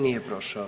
Nije prošao.